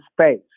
space